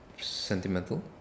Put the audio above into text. Sentimental